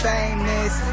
Famous